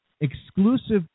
exclusive